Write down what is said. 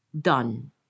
done